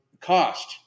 Cost